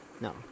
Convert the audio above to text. No